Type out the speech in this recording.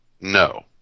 no